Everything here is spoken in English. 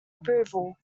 approval